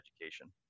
education